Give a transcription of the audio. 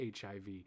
HIV